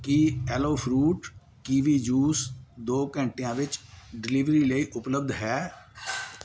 ਕੀ aloe fruit kiwi juice ਦੋ ਘੰਟਿਆਂ ਵਿੱਚ ਡਿਲੀਵਰੀ ਲਈ ਉਪਲੱਬਧ ਹੈ